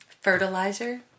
fertilizer